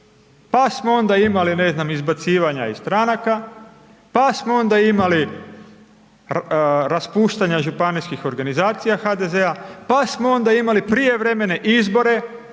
Pa smo onda imali ne znam, izbacivanja iz stranaka, pa smo onda imali raspuštanja županijskih organizacija HDZ-a, pa smo onda imali prijevremene izbore